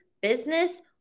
business